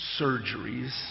surgeries